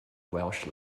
welsh